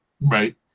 right